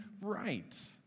right